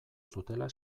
zutela